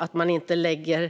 Man ska inte kunna lägga